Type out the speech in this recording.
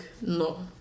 no